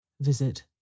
Visit